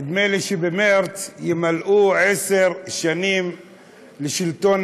נדמה לי שבמרס ימלאו עשר שנים לשלטון